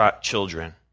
children